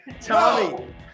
Tommy